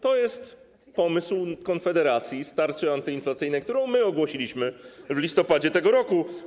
To jest pomysł Konfederacji z tarczy antyinflacyjnej, którą my ogłosiliśmy w listopadzie tego roku.